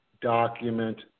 document